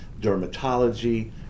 dermatology